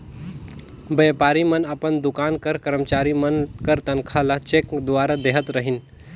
बयपारी मन अपन दोकान कर करमचारी मन कर तनखा ल चेक दुवारा देहत रहिन